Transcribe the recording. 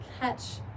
catch